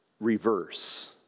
reverse